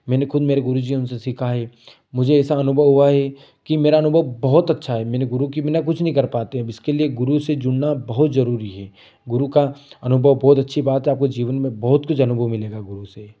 मैंने खुद मेरे गुरू जी हैं उनसे सीखा है मुझे ऐसा अनुभव हुआ है कि मेरा अनुभव बहुत अच्छा है मैंने गुरू के बिना कुछ नहीं कर पाते इसके लिए गुरू से जुड़ना बहुत जरूरी है गुरू का अनुभव बहुत अच्छी बात है आपको जीवन में बहुत कुछ अनुभव मिलेगा गुरू से